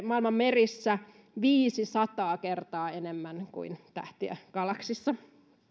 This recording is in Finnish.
maailman merissä viisisataa kertaa enemmän kuin tähtiä galaksissamme